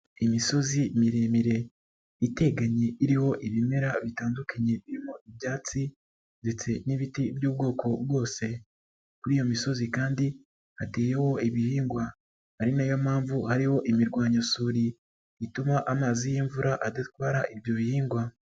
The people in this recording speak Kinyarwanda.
lmisozi miremire iteganye iriho ibimera bitandukanye birimo ibyatsi, ndetse n'ibiti by'ubwoko bwose, kuri iyo misozi kandi hateyeho ibihingwa, ari nayo mpamvu hariho imirwanyasuri, ituma amazi y'imvura adatwara ibyo bihingwa.